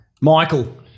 Michael